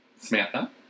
Samantha